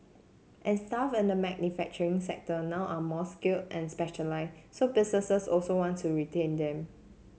and staff in the manufacturing sector now are more skill and so businesses also want to retain them